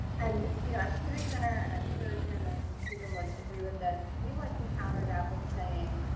and you know at clery center, and i'm sure jim and steven would agree with this, we like to counter that with saying,